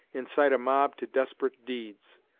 incite a mob to desperate deeds.